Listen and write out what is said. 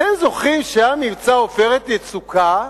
אתם זוכרים שהיה מבצע "עופרת יצוקה",